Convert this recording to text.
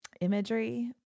imagery